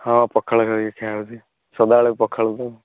ହଁ ପଖାଳ ଖାଇବାକୁ ଇଚ୍ଛା ହେଉଛି ସଦା ବେଳେ ପଖାଳକୁ ତ ଆଉ